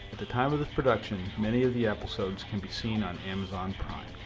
the time of the production many of the episodes can be seen on amazon.